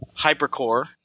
hypercore